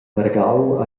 vargau